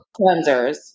cleansers